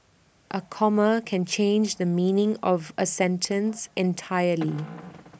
A comma can change the meaning of A sentence entirely